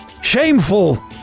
Shameful